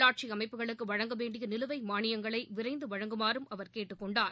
உள்ளாட்சி அமைப்புகளுக்கு வழங்க வேண்டிய நிலுவை மாளியங்களை விரைந்து வழங்குமாறும் அவர் கேட்டுக் கொண்டார்